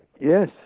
Yes